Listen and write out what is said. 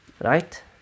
Right